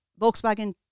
Volkswagen